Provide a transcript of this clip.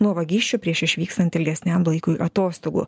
nuo vagysčių prieš išvykstant ilgesniam laikui atostogų